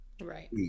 right